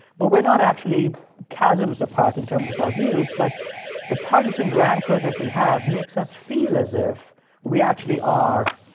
but we're not actually chasms apart in terms of our views. but the partisan rancor that we have makes us feel as if we actually are,